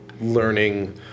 learning